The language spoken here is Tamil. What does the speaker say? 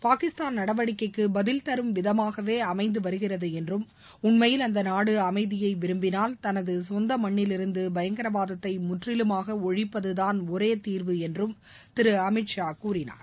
பாகிஸ்தான் நடவடிக்கைக்கு பதில் தரும் விதமாகவே அமைந்து வருகிறது என்றும் உண்மையில் அந்த நாடு அமைதியை விரும்பினால் தனது சொந்த மண்ணில் இருந்து பயங்கரவாதத்தை முற்றிலுமாக ஒழிப்பதுதான் ஒரே தீர்வு என்று திரு அமித் ஷா கூறினார்